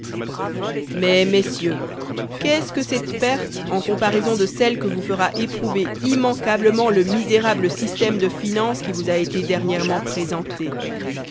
mais messieurs qu'est-ce que cette perte en comparaison de celles que vous fera éprouver immanquablement le misérable système de finance qui vous a été dernièrement présenté